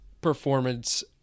performance